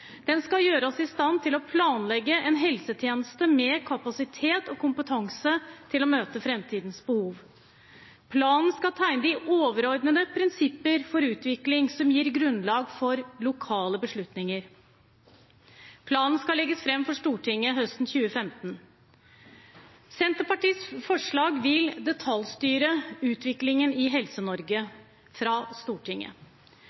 Den skal gjøre oss i stand til å planlegge en helsetjeneste med kapasitet og kompetanse til å møte framtidens behov. Planen skal tegne de overordnede prinsipper for utvikling, som gir grunnlag for lokale beslutninger. Planen skal legges fram for Stortinget høsten 2015. Senterpartiets forslag vil detaljstyre utviklingen i